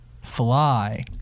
fly